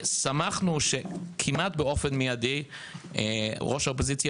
שמחנו שכמעט באופן מיידי ראש האופוזיציה,